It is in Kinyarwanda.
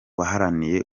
baharaniye